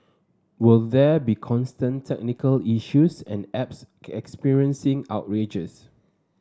was there be constant technical issues and apps experiencing outrages